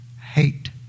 hate